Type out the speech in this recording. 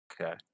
Okay